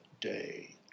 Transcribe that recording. day